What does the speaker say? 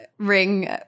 Ring